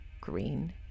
green